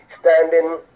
standing